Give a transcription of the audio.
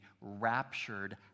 raptured